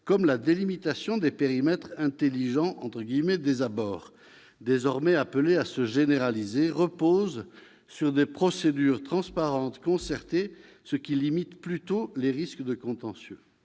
comme la délimitation des périmètres « intelligents » des abords, désormais appelés à se généraliser, reposent sur des procédures transparentes et concertées, ce qui limite plutôt les risques de contentieux.